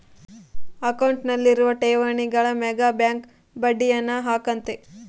ಅಕೌಂಟ್ನಲ್ಲಿರುವ ಠೇವಣಿಗಳ ಮೇಗ ಬ್ಯಾಂಕ್ ಬಡ್ಡಿಯನ್ನ ಹಾಕ್ಕತೆ